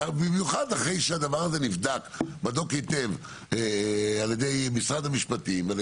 במיוחד אחרי שהדבר הזה נבדק בדוק היטב על ידי משרד המשפטים ועל